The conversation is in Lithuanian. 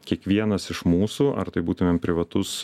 kiekvienas iš mūsų ar tai būtumėm privatus